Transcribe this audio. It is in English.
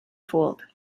fooled